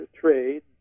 trade